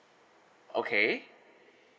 okay